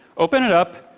open it up,